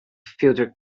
filter